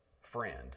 friend